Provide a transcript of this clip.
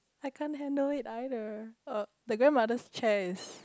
I can't handle it either uh the grandmother's chairs